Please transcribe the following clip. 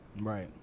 Right